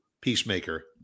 peacemaker